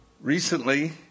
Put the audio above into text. recently